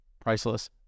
priceless